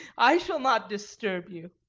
i shall not disturb you.